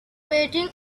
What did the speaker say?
waiting